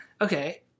Okay